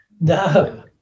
No